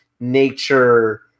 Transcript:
Nature